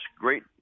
great